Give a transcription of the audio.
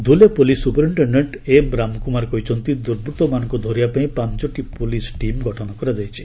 Dhule police superintendent M Ramkumar କହିଛନ୍ତି ଦୁର୍ବୃତ୍ତମାନଙ୍କୁ ଧରିବା ପାଇଁ ପାଞ୍ଚଟି ପୁଲିସ୍ ଟିମ୍ ଗଠନ କରାଯାଇଛି